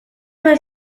vez